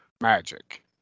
magic